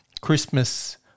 Christmas